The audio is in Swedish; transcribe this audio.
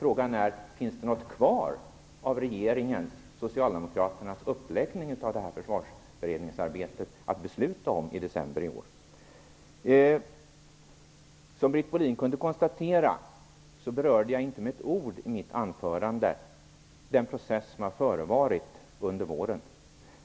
Frågan är: Finns det något kvar av regeringens och Socialdemokraternas uppläggning av det här försvarsberedningsarbetet att besluta om i december i år? Som Britt Bohlin kunde konstatera berörde jag inte med ett ord i mitt anförande den process som har förevarit under våren.